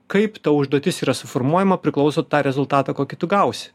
kaip ta užduotis yra suformuojama priklauso tą rezultatą kokį tu gausi